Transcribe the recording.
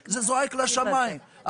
זה זועק לשמיים.